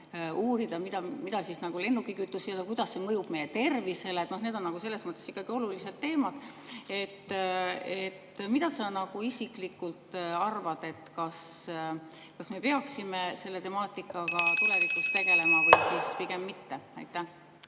mida lennukikütus sisaldab ja kuidas see mõjub meie tervisele. Need on selles mõttes ikkagi olulised teemad. Mida sa isiklikult arvad, kas me peaksime selle temaatikaga tulevikus tegelema või pigem mitte? Aitäh!